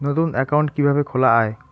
নতুন একাউন্ট কিভাবে খোলা য়ায়?